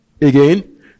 Again